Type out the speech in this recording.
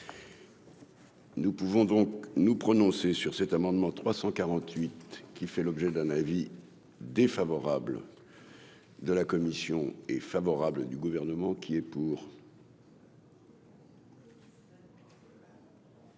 Nous pouvons donc nous prononcer sur cet amendement 348 qui fait l'objet d'un avis défavorable. De la commission est favorable du gouvernement qui est pour.